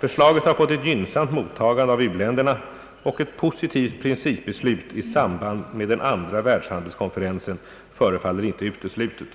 Förslaget har fått ett gynnsamt mottagande av u-länderna och ett positivt principbeslut i samband med den andra världshandelskonferensen förefaller inte uteslutet.